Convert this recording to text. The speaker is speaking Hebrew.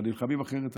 אלא נלחמים אחרת היום.